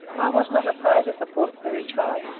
i was not afraid of the port fairy tribe.